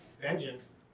vengeance